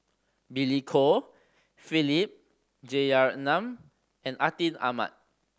Billy Koh Philip Jeyaretnam and Atin Amat